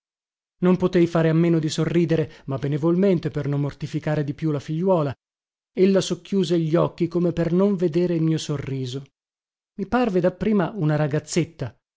non potei fare a meno di sorridere ma benevolmente per non mortificare di più la figliuola ella socchiuse gli occhi come per non vedere il mio sorriso i parve dapprima una ragazzetta